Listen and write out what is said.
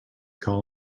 call